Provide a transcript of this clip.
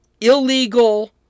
illegal